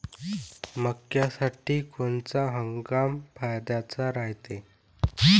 मक्क्यासाठी कोनचा हंगाम फायद्याचा रायते?